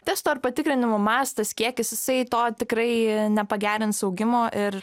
testų ar patikrinimų mastas kiekis jisai to tikrai nepagerins augimo ir